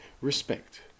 respect